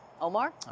Omar